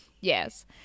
Yes